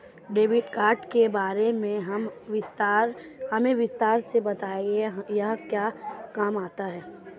Debit card के बारे में हमें विस्तार से बताएं यह क्या काम आता है?